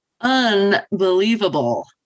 Unbelievable